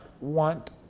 want